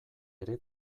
ere